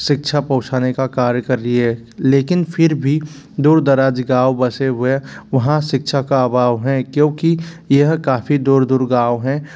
शिक्षा पहुँचाने का कार्य कर रही है लेकिन फिर भी दूर दराज गाँव बसे हुए है वहाँ शिक्षा का अभाव है क्योंकि यह काफ़ी दूर दूर गाँव है